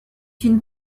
une